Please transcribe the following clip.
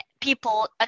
people